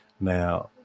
Now